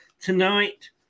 Tonight